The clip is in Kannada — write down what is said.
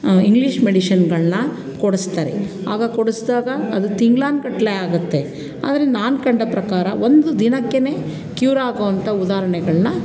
ಇಂಗ್ಲೀಷ್ ಮೆಡಿಶನ್ನುಗಳನ್ನ ಕೊಡಿಸ್ತಾರೆ ಆಗ ಕೊಡಿಸಿದಾಗ ಅದು ತಿಂಗ್ಳಾನುಗಟ್ಲೆ ಆಗುತ್ತೆ ಆದರೆ ನಾನು ಕಂಡ ಪ್ರಕಾರ ಒಂದು ದಿನಕ್ಕೇ ಕ್ಯೂರ್ ಆಗುವಂಥ ಉದಾಹರಣೆಗಳನ್ನ